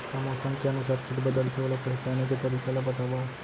का मौसम के अनुसार किट बदलथे, ओला पहिचाने के तरीका ला बतावव?